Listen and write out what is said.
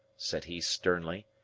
said he sternly,